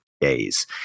days